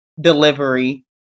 delivery